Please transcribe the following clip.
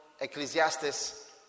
Ecclesiastes